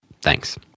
Thanks